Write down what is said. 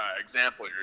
example